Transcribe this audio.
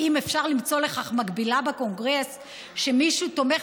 האם אפשר למצוא לכך מקבילה בקונגרס שמישהו תומך